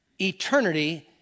eternity